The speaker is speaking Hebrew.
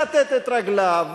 מכתת את רגליו,